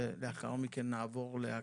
לאחר מכן נעבור להקראה.